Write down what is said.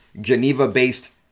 Geneva-based